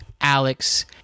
Alex